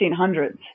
1600s